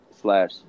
slash